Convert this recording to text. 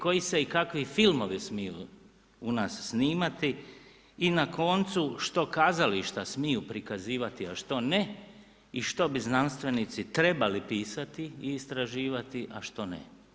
Koji se i kakvi filmovi smiju u nas snimati i na koncu što kazališta smiju prikazivati, a što ne i što bi znanstvenici trebali pisati i istraživati, a što ne.